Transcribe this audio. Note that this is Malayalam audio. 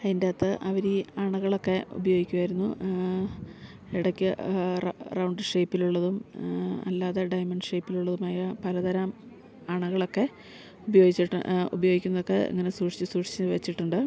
അതിൻറ്റകത്ത് അവരി അണകളൊക്കെ ഉപയോഗിക്കുമായിരുന്നു ഇടയ്ക്ക് റൗണ്ട് ഷേപ്പിലുള്ളതും അല്ലാതെ ഡയമണ്ട് ഷേപ്പിലുള്ളതുമായ പലതരം അണകളൊക്കെ ഉപയോഗിച്ചിട്ട് ഉപയോഗിക്കുന്നതൊക്കെ ഇങ്ങനെ സൂക്ഷിച്ച് സൂക്ഷിച്ച് വെച്ചിട്ടുണ്ട്